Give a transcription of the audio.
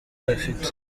ayafite